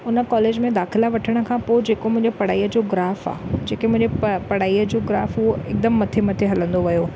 उन कॉलेज में दाख़िला वठण खां पोइ जेको मुंहिंजो पढ़ाईअ जो ग्राफ आहे जेके मुंहिंजे पढ़ाईअ जो ग्राफ हो उहो हिकदमि मथे मथे हलंदो वियो